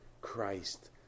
Christ